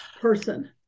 person